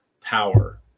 power